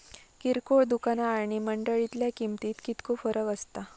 किरकोळ दुकाना आणि मंडळीतल्या किमतीत कितको फरक असता?